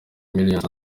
millions